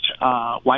white